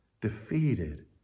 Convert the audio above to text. defeated